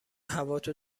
هواتو